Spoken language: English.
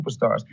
superstars